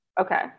Okay